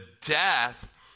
death